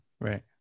Right